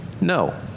No